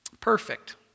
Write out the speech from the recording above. perfect